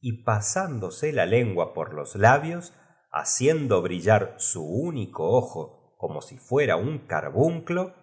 y pasándose la lengua que se comprendía que todo ello era elre por los lab ios haciendo brillar su único su ltado de una com binación a uto mática ojo como si fuera un